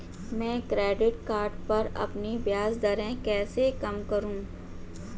मैं credit card पर अपनी ब्याज दरें कैसे कम करूँ?